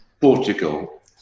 Portugal